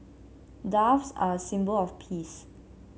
doves are a symbol of peace